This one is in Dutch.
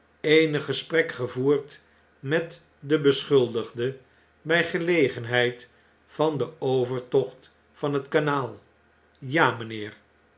eenig gesprek gevoerd met den beschuldigde by gelegenheid van den overtocht van het kanaal ja mgnheer